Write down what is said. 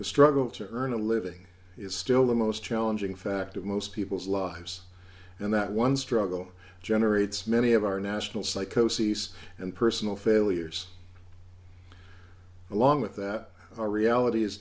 the struggle to earn a living is still the most challenging fact of most people's lives and that one struggle generates many of our national psychosis and personal failures along with that our reality is